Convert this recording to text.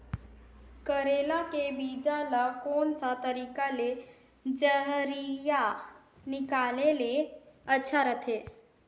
करेला के बीजा ला कोन सा तरीका ले जरिया निकाले ले अच्छा रथे?